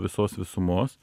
visos visumos